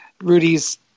Rudy's